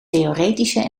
theoretische